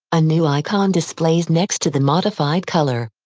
a new icon displays next to the modified color.